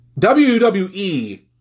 WWE